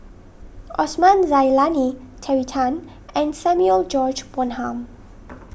Osman Zailani Terry Tan and Samuel George Bonham